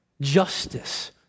justice